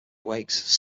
awakes